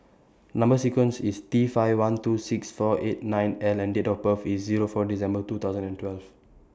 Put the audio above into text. Number sequence IS T five one two six four eight nine L and Date of birth IS four December two thousand and twelve